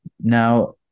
Now